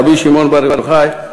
רבי שמעון בר יוחאי".